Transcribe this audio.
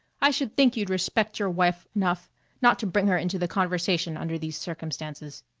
i should think you'd respect your wife enough not to bring her into the conversation under these circumstances.